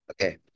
Okay